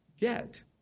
get